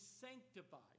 sanctified